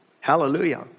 Hallelujah